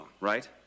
right